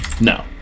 No